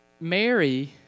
Mary